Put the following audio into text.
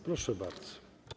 Proszę bardzo.